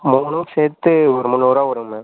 மூணும் சேர்த்து ஒரு முன்னூறு ரூவா வரும் மேம்